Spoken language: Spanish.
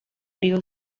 río